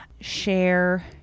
share